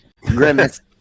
Grimace